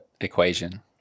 equation